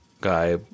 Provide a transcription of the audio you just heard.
guy